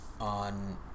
on